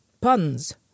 puns